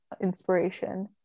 inspiration